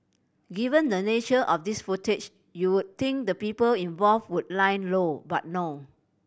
given the nature of this footage you'll think the people involved would lie low but no